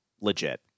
legit